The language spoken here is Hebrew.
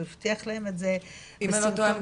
הוא הבטיח להם את זה --- אם אני לא טועה,